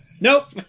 Nope